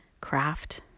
craft